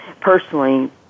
personally